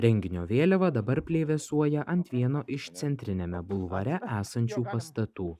renginio vėliava dabar plevėsuoja ant vieno iš centriniame bulvare esančių pastatų